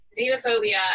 xenophobia